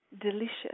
delicious